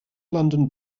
london